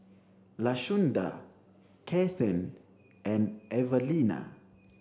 Lashunda Cathern and Evalena